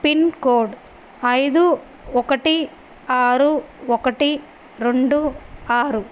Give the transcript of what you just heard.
pin code ఐదు ఒకటి ఆరు ఒకటి రెండు ఆరు